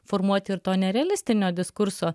formuoti ir to nerealistinio diskurso